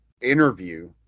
interview